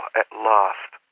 at last,